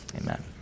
amen